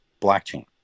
Blockchain